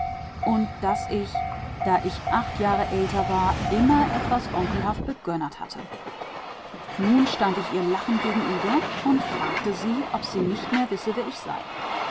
und das ich da ich acht jahre älter war immer etwas onkelhaft begönnert hatte nun stand ich ihr lachend gegenüber und fragte sie ob sie nicht mehr wisse wer ich sei